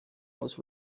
was